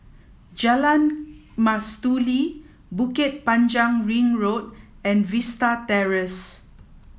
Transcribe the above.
Jalan Mastuli Bukit Panjang Ring Road and Vista Terrace